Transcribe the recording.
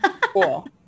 Cool